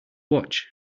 watch